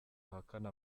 ahakane